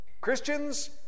Christians